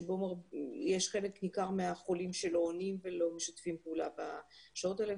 שבו יש חלק ניכר מהחולים שלא עונים ולא משתפים פעולה בשעות האלה,